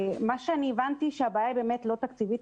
הבנתי שהבעיה היא לא תקציבית.